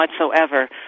whatsoever